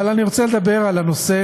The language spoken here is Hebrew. אבל אני רוצה לדבר על הנושא